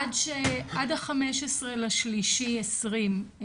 עד ה-15.3.2020.